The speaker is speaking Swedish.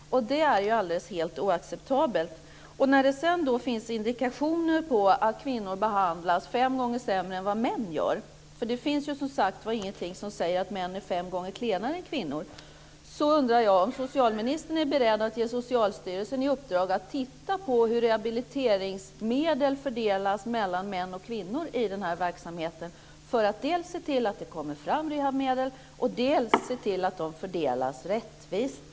Det är helt oacceptabelt. När det sedan finns indikationer på att kvinnor behandlas fem gånger sämre än män - det finns som sagt ingenting som säger att män är fem gånger klenare än kvinnor - undrar jag om socialministern är beredd att ge Socialstyrelsen i uppdrag att titta på hur rehabiliteringsmedel fördelas mellan män och kvinnor i den här verksamheten för att dels se till att det kommer fram rehabiliteringsmedel, dels se till att de fördelas rättvist.